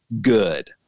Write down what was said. good